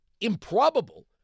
improbable